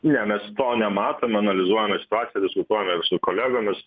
ne mes to nematom analizuojame situaciją diskutuojame ir su kolegomis